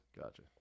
Gotcha